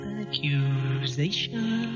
accusation